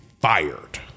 fired